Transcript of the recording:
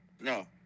No